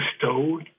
bestowed